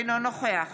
אינו נוכח